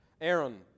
Aaron